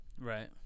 Right